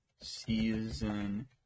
season